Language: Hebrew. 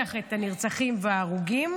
הנרצחים וההרוגים,